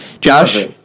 Josh